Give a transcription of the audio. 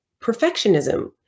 perfectionism